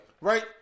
Right